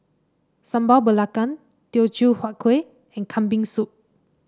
Sambal Belacan Teochew Huat Kueh and Kambing Soup